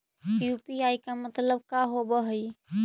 UPI मतलब का होब हइ?